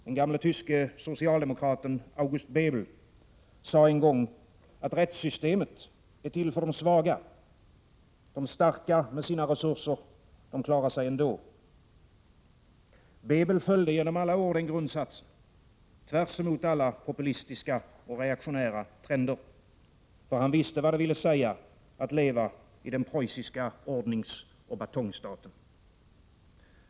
Den gamle tyske socialdemokraten August Bebel sade en gång att rättssystemet är till för de svaga — de starka med sina resurser klarar sig ändå. Bebel följde genom alla år den grundsatsen, tvärsemot alla populistiska och reaktionära trender, för han visste vad det ville säga att leva i den preussiska ordningsoch batongstaten.